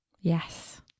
Yes